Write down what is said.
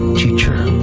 teacher,